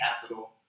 capital